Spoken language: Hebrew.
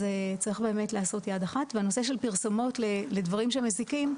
אז צריך באמת לעשות 'יד אחת' והנושא של פרסומות לדברים שהם מזיקים,